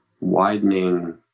widening